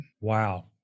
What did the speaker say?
Wow